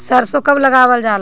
सरसो कब लगावल जाला?